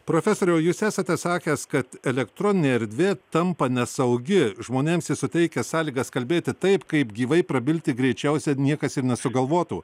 profesoriau jūs esate sakęs kad elektroninė erdvė tampa nesaugi žmonėms ji suteikia sąlygas kalbėti taip kaip gyvai prabilti greičiausiai niekas ir nesugalvotų